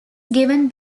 given